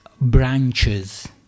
branches